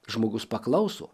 žmogus paklauso